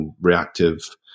reactive